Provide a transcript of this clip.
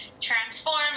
transform